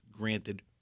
granted